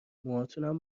موهاتونم